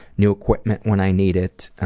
new equipment when i need it,